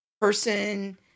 person